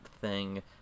thing-